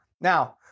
Now